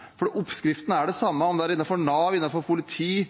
ulike reformene. Oppskriften er den samme, enten det er innenfor Nav, politi,